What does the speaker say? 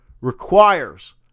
requires